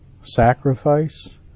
sacrifice